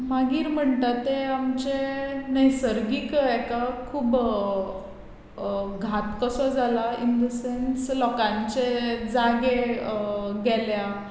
मागीर म्हणटा तें आमचें नैसर्गीक हाका खूब घात कसो जाला ईन द सँस लोकांचे जागे गेल्या